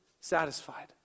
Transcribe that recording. satisfied